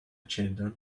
children